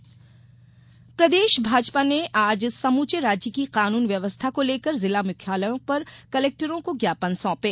भाजपा ज्ञापन प्रदेश भाजपा ने आज समूचे राज्य की कानून व्यवस्था को लेकर जिला मुख्यालयों पर कलेक्टरों को ज्ञापन सौंपे